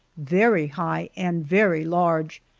very high and very large,